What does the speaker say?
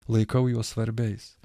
laikau juos svarbiais